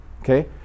Okay